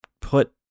put